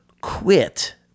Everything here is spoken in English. quit